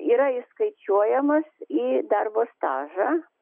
yra įskaičiuojamas į darbo stažą